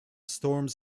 storms